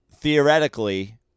theoretically